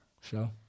show